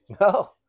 No